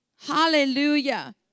Hallelujah